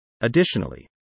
Additionally